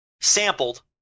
sampled